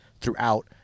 throughout